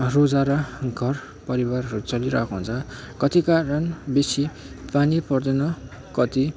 रोजारा घर परिवारहरू चलिरहेको हुन्छ कति कारण बेसी पानी पर्दैन कति